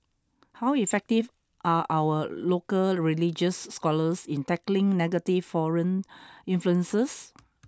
how effective are our local religious scholars in tackling negative foreign influences